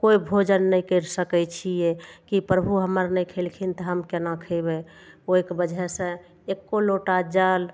कोइ भोजन नहि करि सकय छियै कि प्रभु हमर नहि खेलखिन तऽ हम केना खेबय ओइके वजहसँ एक्को लोटा जल